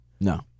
No